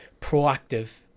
proactive